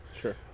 sure